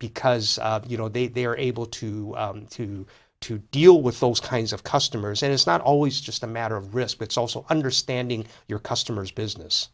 because you know they they are able to to to deal with those kinds of customers and it's not always just a matter of respects also understanding your customers business